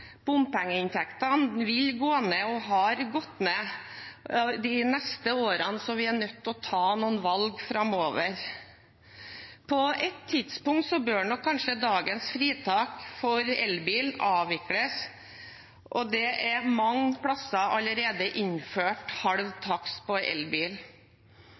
Bompengeinntektene har gått ned og vil gå nedde neste årene, så vi er nødt til å ta noen valg framover. På et tidspunkt bør nok kanskje dagens fritak for elbil avvikles, og mange steder er det allerede innført halv takst på elbil.